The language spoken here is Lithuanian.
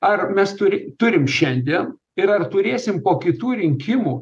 ar mes turi turim šiandien ir ar turėsim po kitų rinkimų